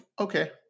okay